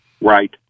Right